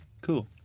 cool